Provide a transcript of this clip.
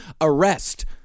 arrest